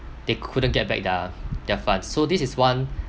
they couldn't get back their their funds so this is one